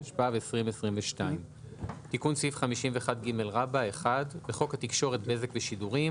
התשפ"ב 2022 "תיקון סעיף 51ג 1. בחוק התקשורת (בזק ושידורים),